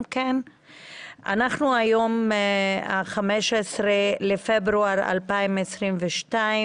היום ה-15 בפברואר 2022,